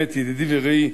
ידידי ורעי.